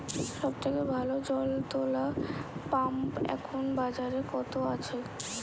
সব থেকে ভালো জল তোলা পাম্প এখন বাজারে কত আছে?